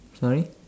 sorry